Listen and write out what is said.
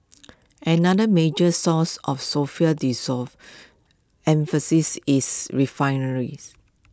another major source of sulphur dissolve emphasis is refineries